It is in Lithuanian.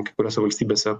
kai kuriose valstybėse